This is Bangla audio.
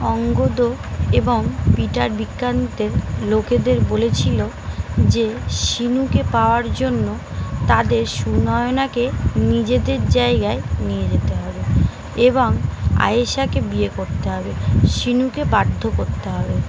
অঙ্গদ এবং পিটার বিক্রান্তের লোকেদের বলেছিলো যে শিনুকে পাওয়ার জন্য তাদের সুনয়নাকে নিজেদের জায়গায় নিয়ে যেতে হবে এবং আয়েশাকে বিয়ে করতে হবে শিনুকে বাধ্য করতে হবে